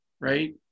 right